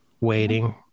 Waiting